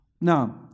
now